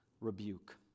rebuke